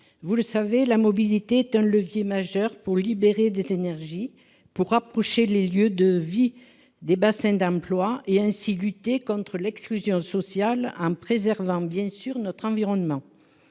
vous le savez, la mobilité est un levier majeur pour libérer des énergies, pour rapprocher les lieux de vie des bassins d'emploi et ainsi lutter contre l'exclusion sociale en préservant, bien sûr, notre environnement.